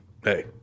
hey